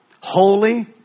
Holy